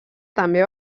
també